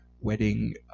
wedding